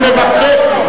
שתי מלחמות הם עשו,